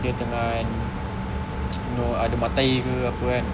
dia dengan you know ada mata air ke apa kan